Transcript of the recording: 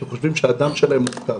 שחושבים שהדם שלהם מופקר.